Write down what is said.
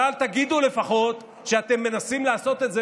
אבל אל תגידו לפחות שאתם מנסים לעשות את זה